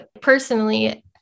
personally